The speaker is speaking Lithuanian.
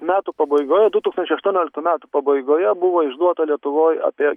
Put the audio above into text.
metų pabaigoj du tūkstančiai aštuonioliktų metų pabaigoje buvo išduota lietuvoj apie